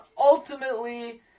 Ultimately